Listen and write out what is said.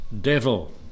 devil